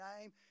name